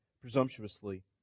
presumptuously